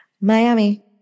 Miami